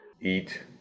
Eat